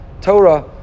Torah